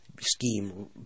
scheme